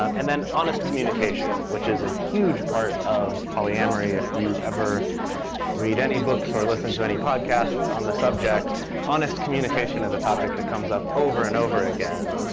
and then honest communication, which is a huge part of polyamory. if you ever read any books or listen to any podcasts on the subject, honest communication is a topic that comes up over and over again.